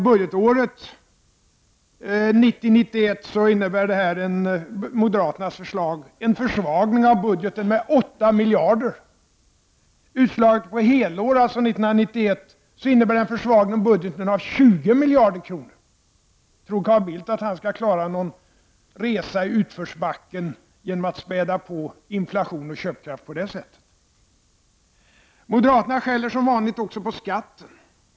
Budgetåret 1990/91 innebär moderaternas förslag en försvagning av budgeten med 8 miljarder. Utslaget på hela året 1991 innebär det en försvagning av budgeten med 20 miljarder. Tror Carl Bildt att han skall klara någon resa i utförsbacken genom att späda på inflation och köpkraft på det sättet? Moderaterna skäller som vanligt också på skatten.